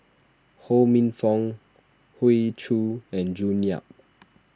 Ho Minfong Hoey Choo and June Yap